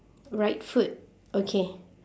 right foot okay